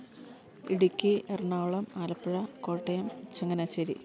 Idukki Ernakulam Alappuzha Kottayam Changanassery